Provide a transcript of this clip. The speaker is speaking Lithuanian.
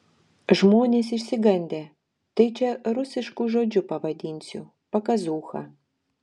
žmonės išsigandę tai čia rusišku žodžiu pavadinsiu pakazūcha